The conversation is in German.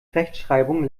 rechtschreibung